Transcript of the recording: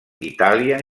itàlia